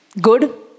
good